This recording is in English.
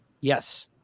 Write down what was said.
Yes